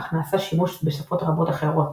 אך נעשה שימוש בשפות רבות אחרות,